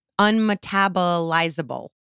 unmetabolizable